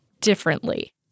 differently